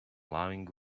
loving